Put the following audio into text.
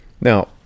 Now